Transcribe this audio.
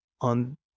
on